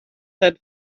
had